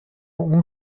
اون